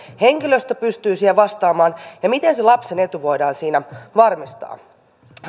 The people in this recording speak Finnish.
henkilöstö pystyy siihen vastaamaan ja miten se lapsen etu voidaan siinä varmistaa